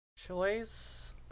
choice